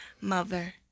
mother